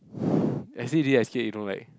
I say already I scared you don't like